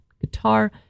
guitar